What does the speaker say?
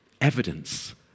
evidence